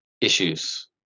issues